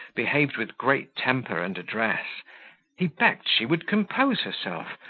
behaved with great temper and address he begged she would compose herself,